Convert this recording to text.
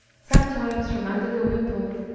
sometimes, from under the wimples,